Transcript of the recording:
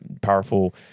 powerful